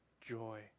joy